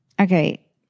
Okay